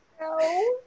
No